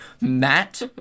Matt